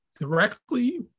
directly